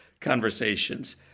conversations